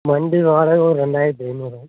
வண்டி வாடகை ஒரு ரெண்டாயிரத்தி ஐநூறுங்க சார்